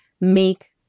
make